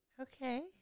Okay